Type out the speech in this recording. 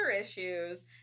issues